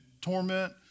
torment